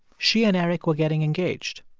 she and eric were getting engaged.